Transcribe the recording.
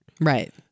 Right